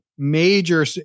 Major